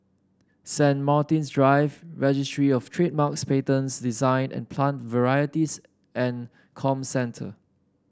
Saint Martin's Drive Registry Of Trademarks Patents Design and Plant Varieties and Comcentre